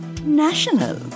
national